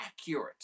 accurate